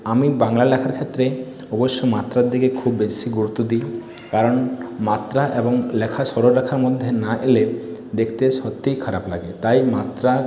আমি বাংলা লেখার ক্ষেত্রে অবশ্যই মাত্রার দিকে খুব বেশি গুরুত্ব দিই কারণ মাত্রা এবং লেখা সরলরেখার মধ্যে না এলে দেখতে সত্যিই খারাপ লাগে তাই মাত্রা